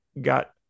got